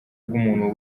bw’umuntu